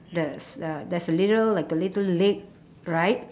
there's uh there's a little like a little lake right